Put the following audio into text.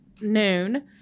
noon